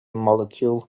molecule